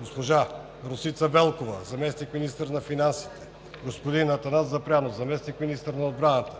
госпожа Росица Велкова – заместник-министър на финансите; господин Атанасов Запрянов – заместник-министър на отбраната;